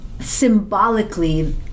symbolically